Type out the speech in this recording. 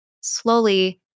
slowly